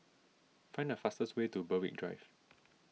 find the fastest way to Berwick Drive